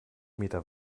meter